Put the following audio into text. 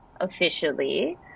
officially